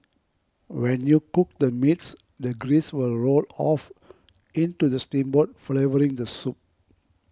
when you cook the meats the grease will roll off into the steamboat flavouring the soup